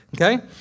Okay